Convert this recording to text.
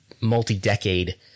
multi-decade